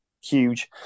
huge